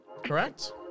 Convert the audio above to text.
Correct